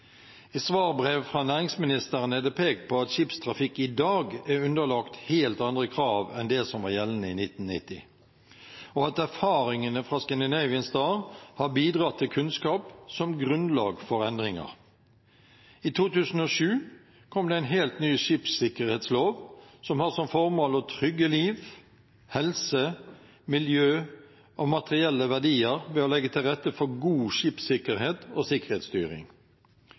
I svarbrev fra næringsministeren er det pekt på at skipstrafikk i dag er underlagt helt andre krav enn det som var gjeldende i 1990, og at erfaringene fra «Scandinavian Star» har bidratt til kunnskap som grunnlag for endringer. I 2007 kom det en helt ny skipssikkerhetslov som har som formål å trygge liv, helse, miljø og materielle verdier ved å legge til rette for god skipssikkerhet og sikkerhetsstyring.